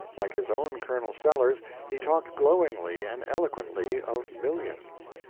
like his own colonel sellers, he talked glowingly and eloquently of millions.